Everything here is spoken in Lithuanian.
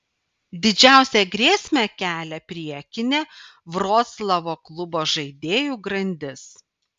didžiausią grėsmę kelia priekinė vroclavo klubo žaidėjų grandis